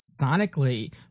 sonically